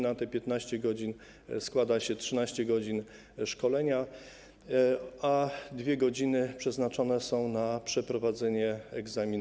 Na te 15 godzin składa się 13 godzin szkolenia, a 2 godziny przeznaczone są na egzamin.